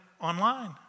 online